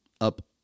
up